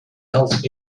helft